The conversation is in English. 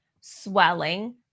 swelling